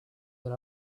that